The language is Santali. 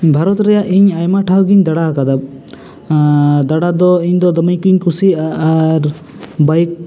ᱵᱷᱟᱨᱚᱛ ᱨᱮᱭᱟᱜ ᱤᱧ ᱟᱭᱢᱟ ᱴᱷᱟᱶ ᱜᱮᱧ ᱫᱟᱬᱟᱣ ᱟᱠᱟᱫᱟ ᱫᱟᱬᱟᱣ ᱫᱚ ᱤᱧᱫᱚ ᱫᱚᱢᱮ ᱜᱮᱧ ᱠᱩᱥᱤᱭᱟᱜᱼᱟ ᱟᱨ ᱵᱟᱭᱤᱠ